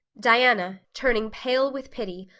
diana, turning pale with pity,